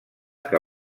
que